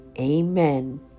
amen